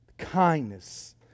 kindness